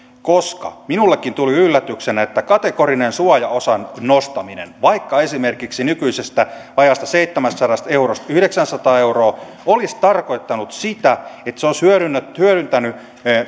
koska minullekin tuli yllätyksenä että kategorinen suojaosan nostaminen vaikka esimerkiksi nykyisestä vajaasta seitsemästäsadasta eurosta yhdeksäänsataan euroon olisi tarkoittanut sitä että se olisi hyödyttänyt hyödyttänyt